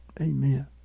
Amen